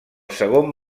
segon